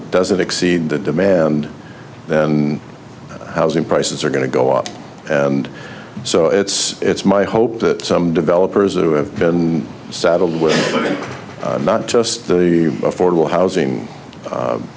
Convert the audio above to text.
doesn't exceed the demand and housing prices are going to go up and so it's it's my hope that some developers who have been saddled with it in not just the affordable housing